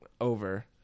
over